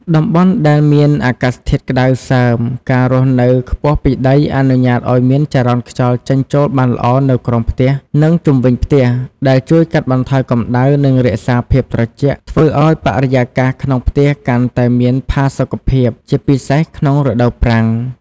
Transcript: តំបន់ដែលមានអាកាសធាតុក្តៅសើម ការរស់នៅខ្ពស់ពីដីអនុញ្ញាតឱ្យមានចរន្តខ្យល់ចេញចូលបានល្អនៅក្រោមផ្ទះ និងជុំវិញផ្ទះ ដែលជួយកាត់បន្ថយកម្ដៅ និងរក្សាភាពត្រជាក់ ធ្វើឱ្យបរិយាកាសក្នុងផ្ទះកាន់តែមានផាសុកភាព ជាពិសេសក្នុងរដូវប្រាំង ។